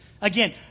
Again